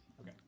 Okay